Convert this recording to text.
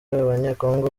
abanyekongo